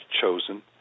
chosen